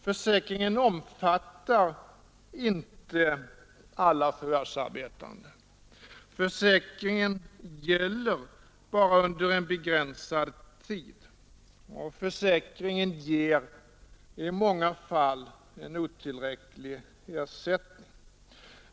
Försäkringen omfattar inte alla förvärvsarbetande, försäkringen gäller bara under en begränsad tid och försäkringen ger i många fall otillräcklig ersättning.